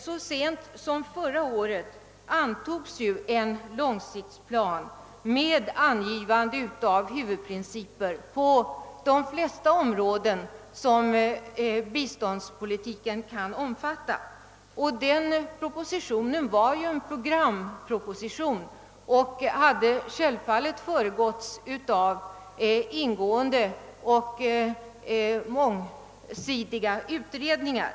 Så sent som förra året antogs ju en långsiktsplan med angivande av huvudprinciper på de flesta områden som biståndspolitiken kan omfatta. Propositionen var en programproposition och hade självfallet föregåtts av ingående och mångsidiga utredningar.